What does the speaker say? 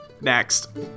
Next